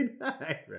right